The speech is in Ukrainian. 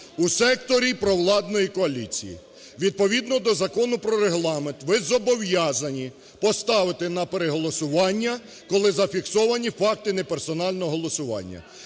у секторі провладної коаліції. Відповідно до Закону про Регламент, ви зобов'язані поставити на переголосування, коли зафіксовані факти неперсонального голосування.